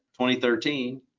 2013